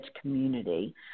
community